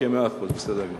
בסדר גמור.